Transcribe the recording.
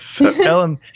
Ellen